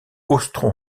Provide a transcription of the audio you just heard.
austro